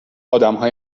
آدمهای